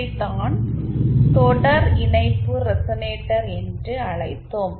இதைத்தான் தொடர் இணைப்பு ரெசனேட்டர் என்று அழைத்தோம்